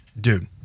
Dude